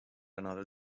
another